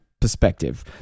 perspective